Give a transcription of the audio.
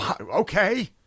okay